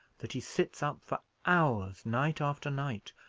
that he sits up for hours night after night,